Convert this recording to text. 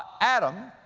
adam,